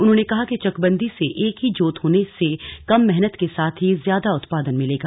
उन्होंने कहा कि चकबंदी से एक ही जोत होने से कम मेहनत के साथ ही ज्यादा उत्पादन मिलेगा